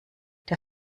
der